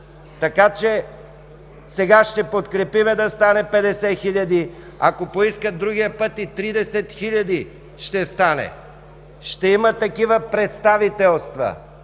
Сега ще подкрепим да стане 50 хиляди. Ако поискат другия път, и 30 хиляди ще стане. Ще има такива представителства